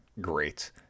great